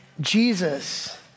Jesus